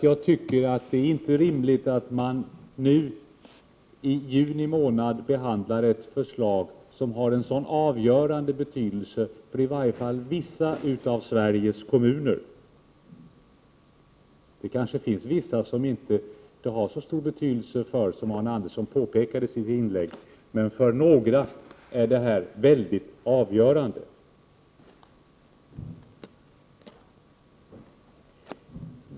Jag tycker inte det är rimligt att nu, i juni månad, behandla ett förslag som har en så avgörande betydelse för i varje fall vissa av Sveriges kommuner. Det kanske finns vissa kommuner som det inte har så stor betydelse för, som Arne Andersson påpekade i sitt inlägg, men för några är det alldeles avgörande.